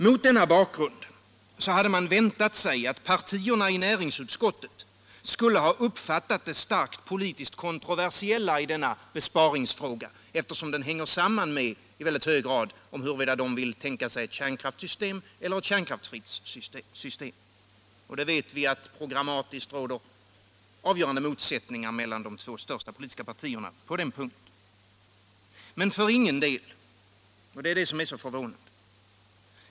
Mot denna bakgrund hade man väntat sig att partierna i näringsutskottet skulle ha uppfattat det starkt politiskt kontroversiella i denna besparingsfråga, eftersom den i mycket hög grad hänger samman med huruvida vi vill ha ett kärnkraftssystem eller ett kärnkraftsfritt system. Och vi vet ju att programmatiskt råder det avgörande motsättningar mellan de två stora politiska partierna på den punkten. Men så är det för ingen del — och det är det som är så förvånande.